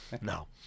No